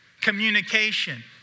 communication